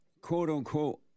quote-unquote